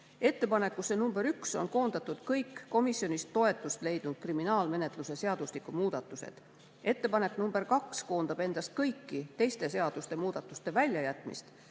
Ettepanekusse nr 1 on koondatud kõik komisjonis toetust leidnud kriminaalmenetluse seadustiku muudatused. Ettepanek nr 2 koondab endas kõiki teiste seaduste muudatuste väljajätmist.